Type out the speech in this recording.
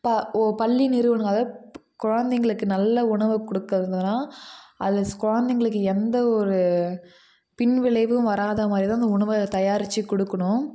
இப்போ ஒ பள்ளி நிறுவனங்கள் அதாவது குழந்தைங்களுக்கு நல்ல உணவு கொடுக்குறதுனா அதில் குழந்தைங்களுக்கு எந்த ஒரு பின்விளைவும் வராதமாதிரி தான் உணவை தயாரித்து கொடுக்கணும்